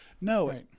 No